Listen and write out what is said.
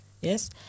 Yes